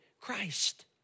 Christ